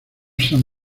san